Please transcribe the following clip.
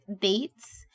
dates